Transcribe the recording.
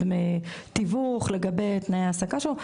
דמי תיווך, לגבי תנאי ההעסקה שלו.